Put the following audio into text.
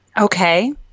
Okay